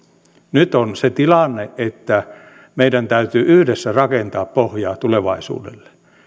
nyt on se tilanne että meidän täytyy yhdessä rakentaa pohjaa tulevaisuudelle